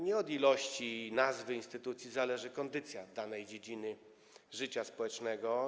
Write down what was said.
Nie od ilości i nazwy instytucji zależy kondycja danej dziedziny życia społecznego.